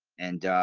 and ah,